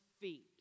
feet